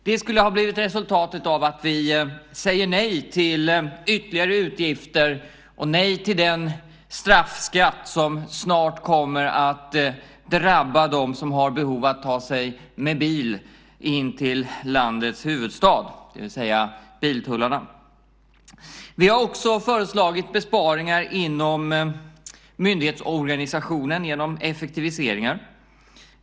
Det hade blivit resultatet av att vi säger nej till ytterligare utgifter och nej till den straffskatt som snart kommer att drabba dem som har behov av att ta sig med bil in till landets huvudstad, det vill säga biltullarna. Vi har också föreslagit besparingar inom myndighetsorganisationen genom effektiviseringar.